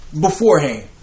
beforehand